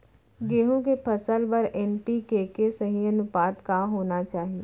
गेहूँ के फसल बर एन.पी.के के सही अनुपात का होना चाही?